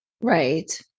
Right